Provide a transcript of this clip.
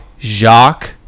Jacques